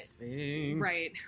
right